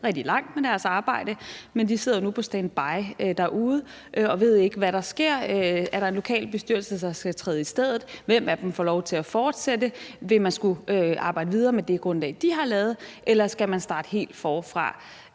rigtig langt med deres arbejde, men de sidder nu standby derude og ved ikke, hvad der sker. Er der lokale bestyrelser, der skal træde i stedet? Hvem af dem får lov til at fortsætte? Vil man skulle arbejde videre med det grundlag, de har lavet, eller skal man starte helt forfra?